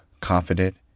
confident